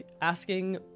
asking